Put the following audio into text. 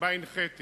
שבה הנחיתי